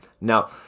Now